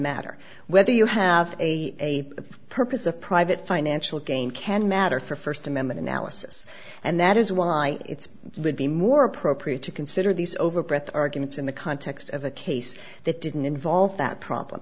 matter whether you have a purpose a private financial gain can matter for first amendment analysis and that is why it's would be more appropriate to consider these over breath arguments in the context of a case that didn't involve that pro